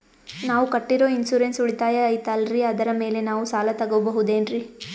ನಾವು ಕಟ್ಟಿರೋ ಇನ್ಸೂರೆನ್ಸ್ ಉಳಿತಾಯ ಐತಾಲ್ರಿ ಅದರ ಮೇಲೆ ನಾವು ಸಾಲ ತಗೋಬಹುದೇನ್ರಿ?